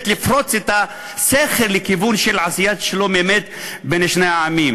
לפרוץ את הסכר לכיוון של עשיית שלום אמת בין שני העמים.